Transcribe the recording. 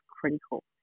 critical